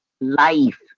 life